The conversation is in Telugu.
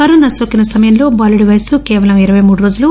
కరోనా నోకిన సమయంలో బాలుడి వయస్సు కేవలం ఇరపై మూడు రోజులు